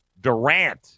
Durant